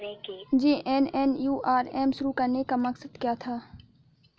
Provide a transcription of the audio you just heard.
JNNURM शुरू करने का मकसद क्या था?